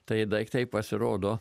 tai daiktai pasirodo